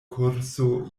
kurso